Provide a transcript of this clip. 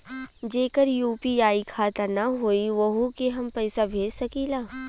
जेकर यू.पी.आई खाता ना होई वोहू के हम पैसा भेज सकीला?